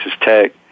Tech